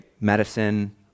medicine